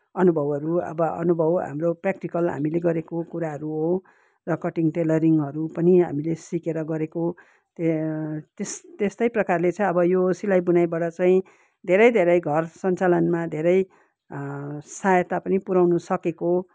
अनुभवहरू अब अनुभव हाम्रो प्र्याक्टिकल हामीले गरेको कुराहरू हो र कटिङ् टेलरिङ्हरू पनि हामीले सिकेर गरेको त्यहाँ त्यस त्यस्तै प्रकारले चाहिँ अब यो सिलाइ बुनाइबाट चाहिँ धेरै धेरै घर सञ्चालनमा धेरै सहायता पनि पुऱ्याउनु सकेको